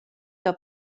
que